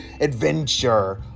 adventure